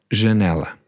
janela